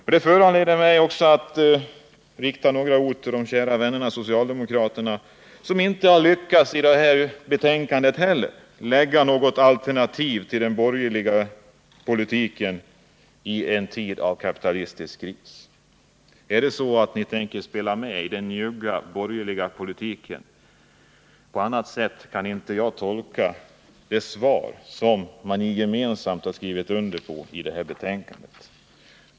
Detta föranleder mig också att rikta några ord till de kära vännerna socialdemokraterna, som inte heller i det här betänkandet har lyckats ge något alternativ till den borgerliga politiken i en tid av kapitalistisk kris. Är det så att ni tänker spela med i den njugga borgerliga politiken? På annat sätt kan inte jag tolka det som man gemensamt har skrivit under på i det här betänkandet.